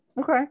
Okay